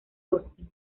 austin